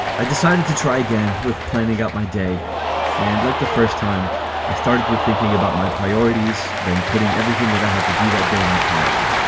i decided to try again with planning up my day and like the first time i started with thinking about my priorities then putting everything everything that i had to do that day on a calendar.